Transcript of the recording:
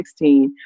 2016